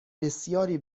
بسیاری